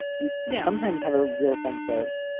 you know sometimes have a real sense of,